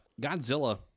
Godzilla